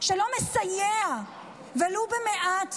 שלא מסייע ולו במעט